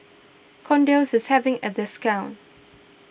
Kordel's is having a discount